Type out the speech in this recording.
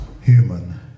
human